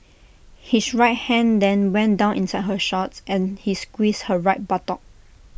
his right hand then went down inside her shorts and he squeezed her right buttock